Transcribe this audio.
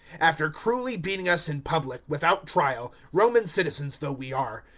after cruelly beating us in public, without trial, roman citizens though we are,